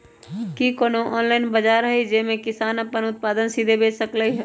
कि कोनो ऑनलाइन बाजार हइ जे में किसान अपन उत्पादन सीधे बेच सकलई ह?